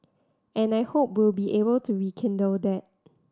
and I hope we'll be able to rekindle that